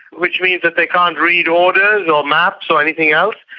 which means that they can't read orders or maps or anything else.